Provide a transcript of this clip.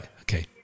Okay